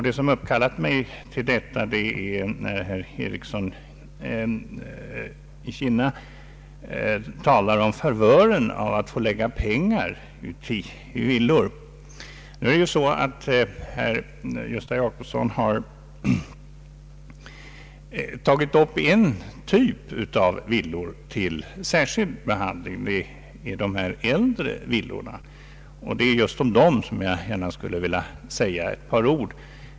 Det som uppkallade mig till talarstolen var när herr Ericsson i Kinna talade om favören av att få lägga ner pengar i villor. Herr Gösta Jacobsson tog upp en viss typ av villor till särskild behandling, nämligen äldre villor, och det är just om dessa jag skulle vilja säga ett par ord.